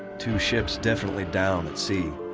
two ships definitely down at sea.